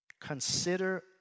consider